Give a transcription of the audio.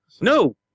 No